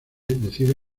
decide